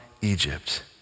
Egypt